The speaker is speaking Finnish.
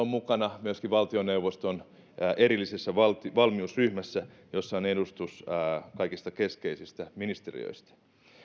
on mukana myöskin valtioneuvoston erillisessä valmiusryhmässä jossa on edustus kaikista keskeisistä ministeriöistä